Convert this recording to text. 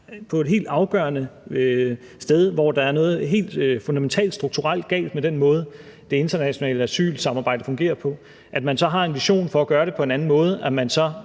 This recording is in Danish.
på et helt afgørende sted, hvor der er noget helt fundamentalt strukturelt galt med den måde, det internationale asylsamarbejde fungerer på, har en vision for at gøre det på en anden måde, og at man så